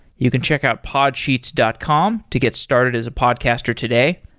you can check out podsheets dot com to get started as a podcaster today.